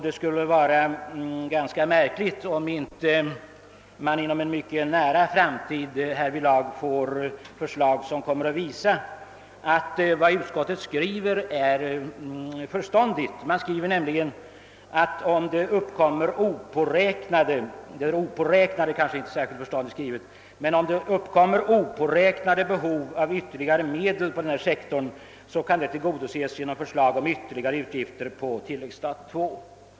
Det skulle vara märkligt om inte inom en mycket nära framtid förslag kommer att avges som visar att vad utskottet skriver är förståndigt. I utlåtandet står nämligen, att om det uppkommer »opåräknade» — nåja, ordet »opåräknade» är det kanske inte särskilt förståndigt att använda i detta samman hang — »behov av ytterligare medel» på denna sektor, så kan dessa tillgodoses genom förslag om ytterligare utgifter på tilläggsstat II.